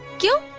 you